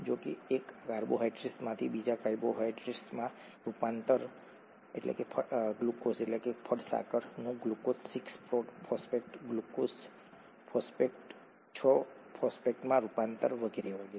જો કે એક કાર્બોહાઇડ્રેટમાંથી બીજા કાર્બોહાઇડ્રેટમાં રૂપાંતર ગ્લુકોઝફળસાકરનું ગ્લુકોઝ 6 ફોસ્ફેટ ગ્લુકોઝ 6 ફોસ્ફેટનું ફ્રુક્ટોઝ 6 ફોસ્ફેટમાં રૂપાંતર વગેરે વગેરે